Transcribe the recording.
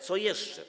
Co jeszcze?